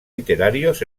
literarios